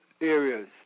areas